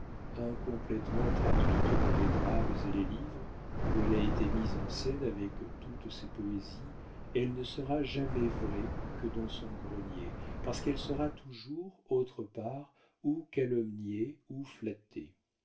incomplétement traduite dans les drames et les livres où elle a été mise en scène avec toutes ses poésies elle ne sera jamais vraie que dans son grenier parce qu'elle sera toujours autre part ou calomniée ou flattée